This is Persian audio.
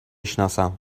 سناسم